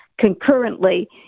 concurrently